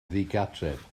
ddigartref